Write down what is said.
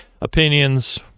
opinions